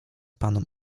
panom